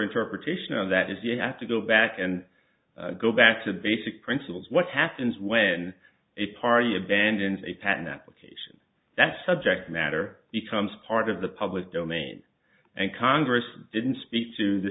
interpretation of that is you have to go back and go back to the basic principles what happens when a party abandons a patent application that's subject matter becomes part of the public domain and congress didn't speak to the